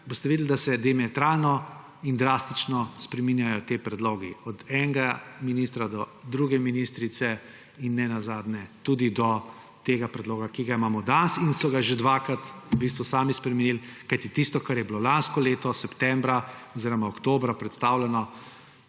boste videli, da se diametralno in drastično spreminjajo ti predlogi od enega ministra do druge ministrice in nenazadnje tudi do tega predloga, ki ga imamo danes in so ga že dvakrat v bistvu sami spremenili. Kajti tisto, kar je bilo lansko leto septembra oziroma oktobra predstavljeno,